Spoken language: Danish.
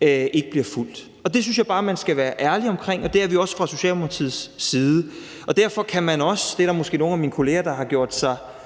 ikke bliver fulgt. Det synes jeg bare at man skal være ærlig omkring, og det er vi også fra Socialdemokratiets side. Derfor kan man også – og det er der måske nogle af min kollegaer der har gjort sig